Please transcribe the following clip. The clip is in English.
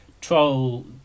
troll